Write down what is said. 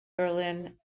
berlin